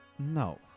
No